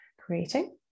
creating